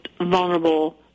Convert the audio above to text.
vulnerable